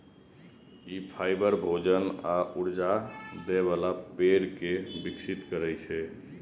ई fibre, भोजन आ ऊर्जा दै बला पेड़ कें विकसित करै छै